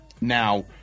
Now